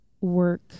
work